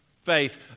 Faith